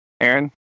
Aaron